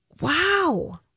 Wow